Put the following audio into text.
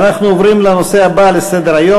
אנחנו עוברים לנושא הבא בסדר-היום,